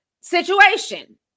situation